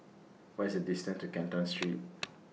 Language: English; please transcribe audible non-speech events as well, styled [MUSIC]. What IS The distance to Canton Street [NOISE]